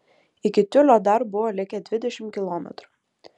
iki tiulio dar buvo likę dvidešimt kilometrų